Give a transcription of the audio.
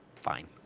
fine